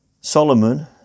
Solomon